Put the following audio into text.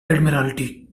admiralty